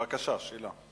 בבקשה, השאלה.